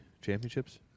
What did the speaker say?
championships